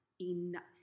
Enough